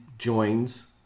Joins